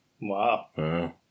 Wow